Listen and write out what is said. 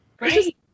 Right